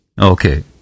Okay